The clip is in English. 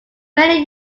many